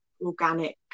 organic